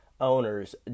owners